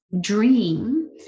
dream